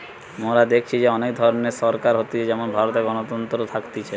মোরা দেখেছি যে অনেক ধরণের সরকার হতিছে যেমন ভারতে গণতন্ত্র থাকতিছে